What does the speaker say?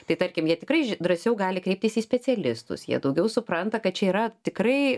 tai tarkim jie tikrai drąsiau gali kreiptis į specialistus jie daugiau supranta kad čia yra tikrai